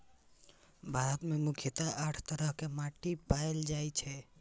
भारत मे मुख्यतः आठ तरह के माटि पाएल जाए छै